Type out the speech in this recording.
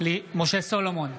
משה סולומון,